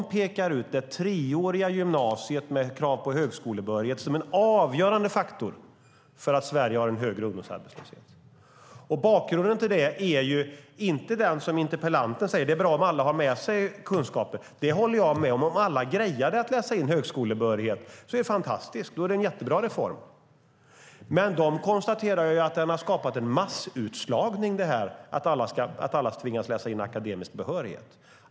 IFAU pekar ut det treåriga gymnasiet med krav på högskolebehörighet som en avgörande faktor för att Sverige har en högre ungdomsarbetslöshet. Bakgrunden till det är inte den interpellanten säger, alltså att det är bra om alla har med sig kunskaper. Det håller jag med om - om alla grejade att läsa in högskolebehörighet vore det fantastiskt; då är det en jättebra reform. IFAU konstaterar dock att det har skapat en massutslagning att alla ska tvingas läsa in akademisk behörighet.